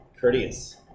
courteous